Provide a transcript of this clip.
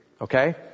okay